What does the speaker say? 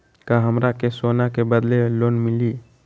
का हमरा के सोना के बदले लोन मिलि?